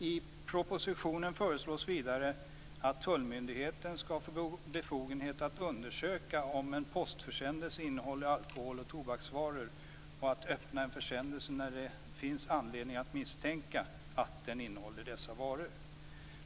I propositionen föreslås vidare att tullmyndigheten skall få befogenhet att undersöka om en postförsändelse innehåller alkohol och tobaksvaror och att öppna en försändelse när det finns anledning att misstänka att den innehåller sådana varor.